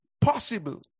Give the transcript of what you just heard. possible